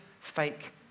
fake